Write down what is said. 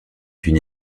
d’une